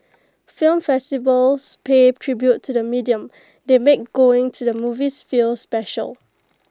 film festivals pay tribute to the medium they make going to the movies feel special